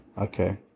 Okay